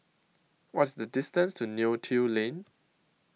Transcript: What IS The distance to Neo Tiew Lane